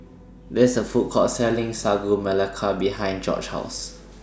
There IS A Food Court Selling Sagu Melaka behind Jorge's House